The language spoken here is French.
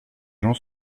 gens